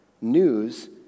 News